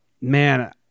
man